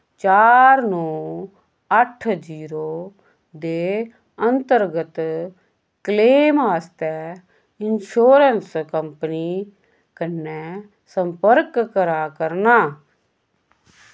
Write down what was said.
चार नौ अट्ठ जीरो दे अन्तर्गत क्लेम आस्तै इंशोरैंस कंपनी कन्नै संपर्क करा करनां